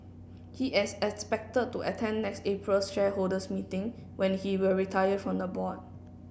he is expected to attend next April's shareholders meeting when he will retire from the board